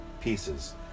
pieces